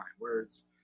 words